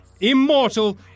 immortal